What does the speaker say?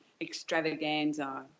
extravaganza